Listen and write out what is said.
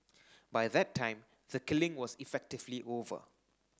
by that time the killing was effectively over